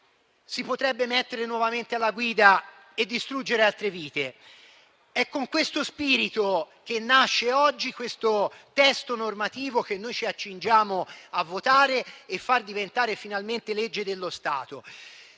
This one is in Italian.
si potrebbe mettere nuovamente alla guida e distruggere altre vite. È con questo spirito che nasce il testo normativo che ci accingiamo a votare e a far diventare finalmente legge dello Stato.